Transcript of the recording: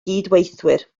gydweithwyr